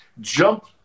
jump